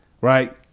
right